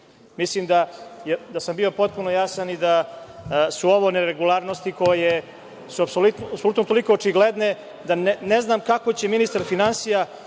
da sam bio potpuno jasan i da su ovo neregularnosti koje su toliko očigledne da ne znam kako će ministar finansija